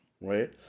Right